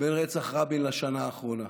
בין רצח רבין לשנה האחרונה,